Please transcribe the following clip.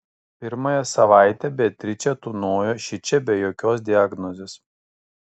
pirmąją savaitę beatričė tūnojo šičia be jokios diagnozės